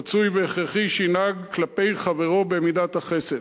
רצוי והכרחי שינהג כלפי חברו במידת החסד,